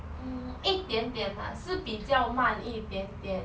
mm 一点点 lah 是比较慢一点点